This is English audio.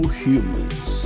humans